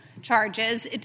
charges